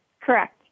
Correct